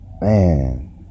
man